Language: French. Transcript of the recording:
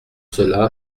cela